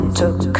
took